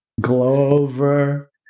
Glover